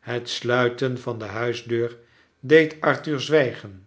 het sluiten van de huisdeur deed arthur zwijgen